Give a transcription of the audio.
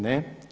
Ne.